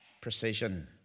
precision